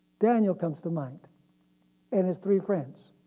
daniel comes to mind and his three friends,